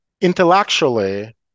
intellectually